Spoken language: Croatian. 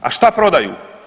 A šta prodaju?